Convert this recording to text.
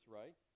right